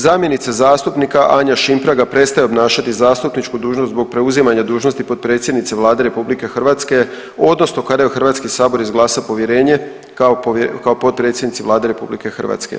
Zamjenica zastupnika Anja Šimpraga prestaje obnašati zastupničku dužnost zbog preuzimanja dužnosti potpredsjednice Vlade RH odnosno kada joj Hrvatski sabor izglasa povjerenje kao potpredsjednici Vlade RH.